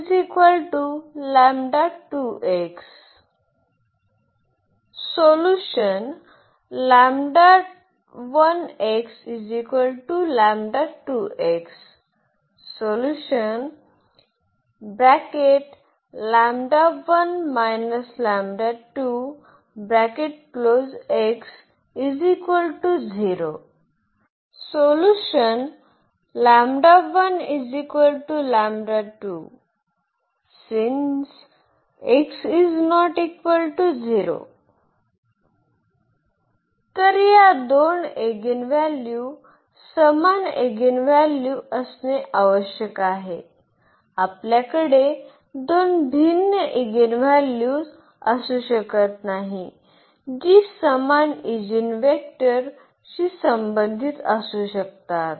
since तर या दोन एगिनव्हॅल्यू समान एगिनव्हॅल्यू असणे आवश्यक आहे आपल्याकडे 2 भिन्न एगिनव्हॅल्यू असू शकत नाहीत जी समान ईजीनवेक्टर शी संबंधित असू शकतात